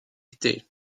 étaient